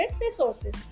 resources